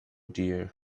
dear